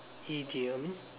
idiom